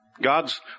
God's